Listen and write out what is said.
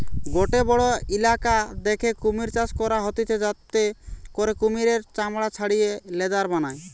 গটে বড়ো ইলাকা দ্যাখে কুমির চাষ করা হতিছে যাতে করে কুমিরের চামড়া ছাড়িয়ে লেদার বানায়